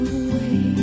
away